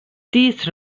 these